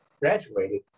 graduated